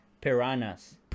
piranhas